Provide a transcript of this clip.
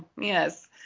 Yes